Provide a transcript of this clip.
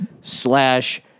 slash